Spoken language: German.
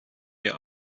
mir